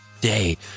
day